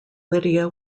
lydia